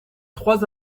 trois